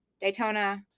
Daytona